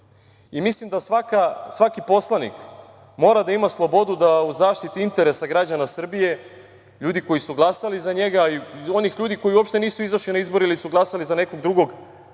Mislim da svaki poslanik mora da ima slobodu da u zaštiti interesa građana Srbije, ljudi koji su glasali za njega i onih ljudi koji uopšte nisu izašli na izbore ili su glasali za nekog drugog,